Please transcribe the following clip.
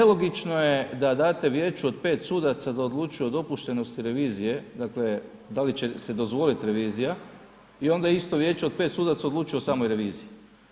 Nelogično je da date vijeću od 5 sudaca da odlučuje o dopuštenosti revizije, dakle da li će se dozvolit revizija i onda isto vijeće od 5 sudaca odlučuje o samoj reviziji.